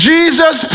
Jesus